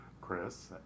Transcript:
Chris